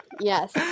Yes